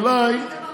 אולי,